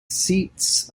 seats